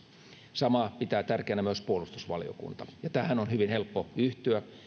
samaa pitää tärkeänä myös puolustusvaliokunta tähän on hyvin helppo yhtyä